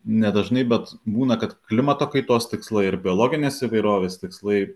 nedažnai bet būna kad klimato kaitos tikslai ir biologinės įvairovės tikslai